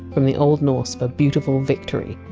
from the old norse for! beautiful victory.